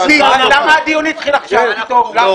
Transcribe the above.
למה הדיון התחיל עכשיו פתאום?